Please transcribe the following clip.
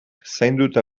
zainduta